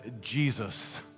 Jesus